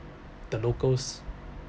the locals